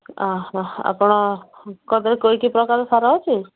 ଆପଣ କି ପ୍ରକାର ସାର ଅଛି